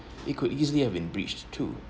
it could easily have been breached too